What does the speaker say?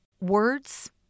words